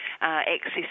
access